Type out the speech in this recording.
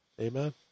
Amen